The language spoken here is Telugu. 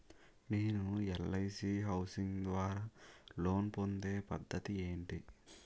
నేను ఎల్.ఐ.సి హౌసింగ్ ద్వారా లోన్ పొందే పద్ధతి ఏంటి?